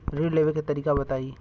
ऋण लेवे के तरीका बताई?